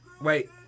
Wait